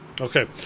Okay